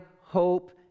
hope